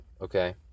okay